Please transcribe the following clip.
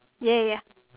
ya ya